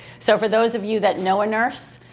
so for those of you that know a nurse,